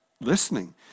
listening